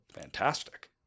fantastic